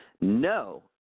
No